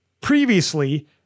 previously